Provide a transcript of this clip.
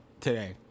today